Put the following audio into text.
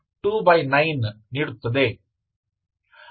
तो अब यही समीकरण है ठीक है